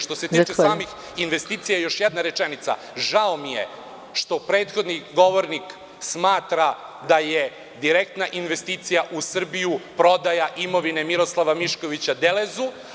Što se tiče samih investicija, žao mi je što prethodni govornik smatra da je direktna investicija u Srbiju prodaja imovine Miroslava Miškovića „Delezu“